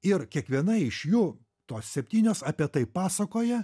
ir kiekviena iš jų tos septynios apie tai pasakoja